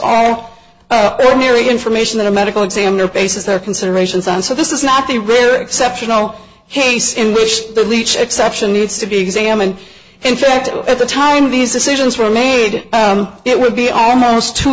all ordinary information that a medical examiner bases are considerations on so this is not the rare exceptional case in which the leech exception needs to be examined in fact at the time these decisions were made it would be almost two